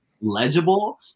legible